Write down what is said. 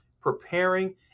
preparing